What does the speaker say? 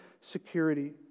security